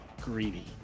greedy